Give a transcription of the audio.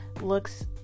Looks